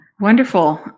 Wonderful